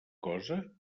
cosa